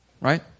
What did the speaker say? right